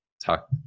talk